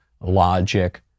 logic